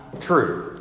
true